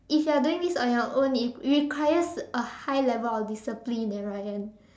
if you're doing this on your own it requires a high level of discipline eh Ryan